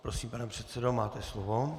Prosím, pane předsedo, máte slovo.